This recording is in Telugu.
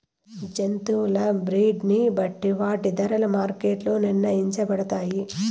జంతువుల బ్రీడ్ ని బట్టి వాటి ధరలు మార్కెట్ లో నిర్ణయించబడతాయి